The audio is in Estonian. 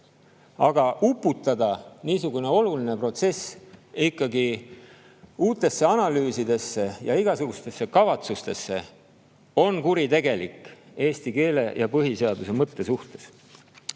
Aga uputada niisugune oluline protsess uutesse analüüsidesse ja igasugustesse kavatsustesse on kuritegelik eesti keele ja põhiseaduse mõtte suhtes.